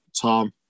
Tom